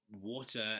water